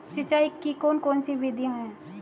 सिंचाई की कौन कौन सी विधियां हैं?